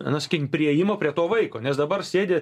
na sakykim priėjimo prie to vaiko nes dabar sėdi